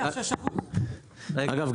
אגב,